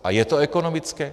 A je to ekonomické?